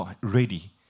ready